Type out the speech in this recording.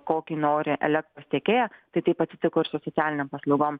kokį nori elektros tiekėją tai taip atsitiko ir su socialinėm paslaugom